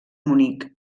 munic